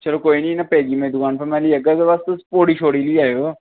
चलो में पेमेंट कन्नै दुकान उप्परा लेई आह्गा पर तुस पौढ़ी लेई आवेओ